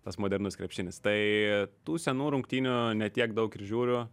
tas modernus krepšinis tai tų senų rungtynių ne tiek daug ir žiūriu